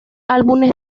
álbumes